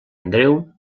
andreu